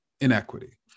inequity